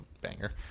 banger